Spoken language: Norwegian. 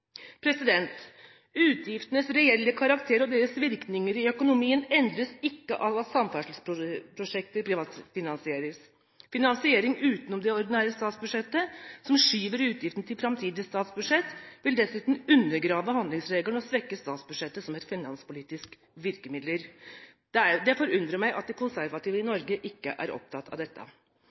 Utgiftenes reelle karakter og deres virkninger i økonomien endres ikke av at samferdselsprosjekter privatfinansieres. Finansiering utenom det ordinære statsbudsjettet, som skyver utgiftene til framtidige statsbudsjett, vil dessuten undergrave handlingsregelen og svekke statsbudsjettet som et finanspolitisk virkemiddel. Det forundrer meg at de konservative i Norge ikke er opptatt av dette.